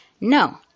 No